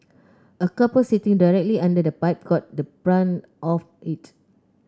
a couple sitting directly under the pipe got the brunt of it